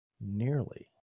nearly